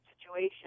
situation